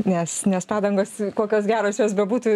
nes nes padangos kokios geros jos bebūtų